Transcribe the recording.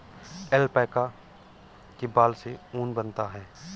alpaca के बाल से ऊन बनता है